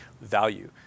value